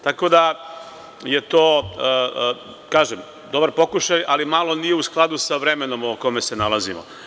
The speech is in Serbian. Tako da, to je dobar pokušaj, ali malo nije u skladu sa vremenom u kome se nalazimo.